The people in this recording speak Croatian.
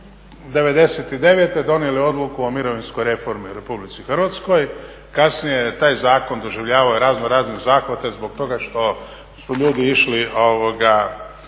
'99. donijeli odluku o mirovinskoj reformi u RH, kasnije je taj zakon doživljavao i raznorazne zahvate zbog toga što su ljudi išli